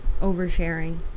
oversharing